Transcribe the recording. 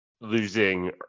losing